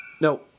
No